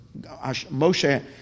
Moshe